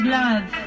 love